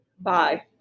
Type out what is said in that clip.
Bye